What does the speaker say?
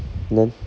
then